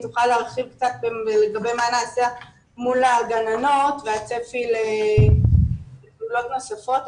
תוכל להרחיב גם קצת לגבי מה נעשה מול הגננות והצפי לפעולות נוספות.